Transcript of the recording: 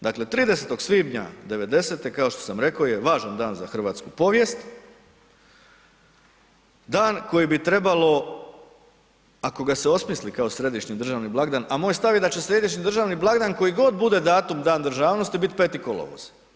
Dakle, 30. svibnja 90. kao što sam rekao je važan dan za hrvatsku povijest, dan koji bi trebalo, ako ga se osmisli kao središnji državni blagdan, a moj stav je da će sljedeći državni blagdan, koji god bude datum dan državnosti biti 5. kolovoz.